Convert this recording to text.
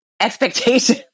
expectation